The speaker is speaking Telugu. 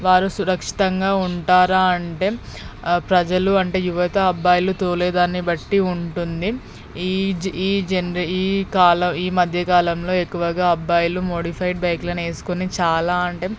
వారు సురక్షితంగా ఉంటారా అంటే ఆ ప్రజలు అంటే యువత అబ్బాయిలు తోలేదాన్నిబట్టి ఉంటుంది ఈ జ్ ఈ జనరే ఈ కాలం ఈ మధ్యకాలంలో ఎక్కువగా అబ్బాయిలు మోడిఫైడ్ బైక్లని వెసుకుని చాలా అంటే